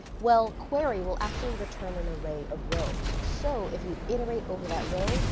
well query will actually return an array of rows. so if you iterate over that row,